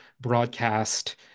broadcast